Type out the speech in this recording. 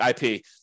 IP